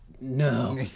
no